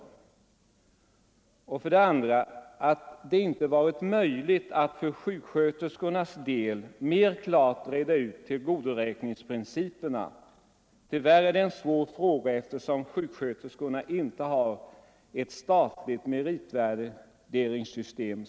För det andra är det negativt att det inte varit möjligt att för sjuksköterskornas del mer klart reda ut tillgodoräkningsprinciperna. Tyvärr är det en svår fråga, eftersom sjuksköterskorna inte som läkarna har ett statligt meritvärderingssystem.